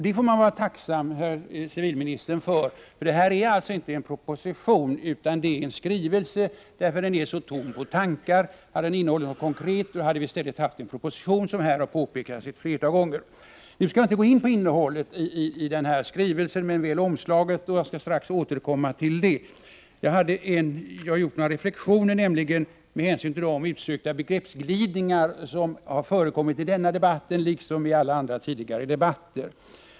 Det får man tacka civilministern för. Detta är alltså inte en proposition utan det är en skrivelse, därför att den är så tom på tankar. Hade den innehållit något konkret hade vi i stället haft en proposition, som här har påpekats ett flertal gånger. Jag skall inte gå in på innehållet i skrivelsen men väl omslaget. Jag skall strax återkomma till det. Jag har gjort några reflexioner med hänsyn till de utsökta begreppsglid ningar som har förekommit i denna debatt liksom i andra tidigare debatter.